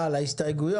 בסדר.